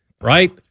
right